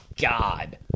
god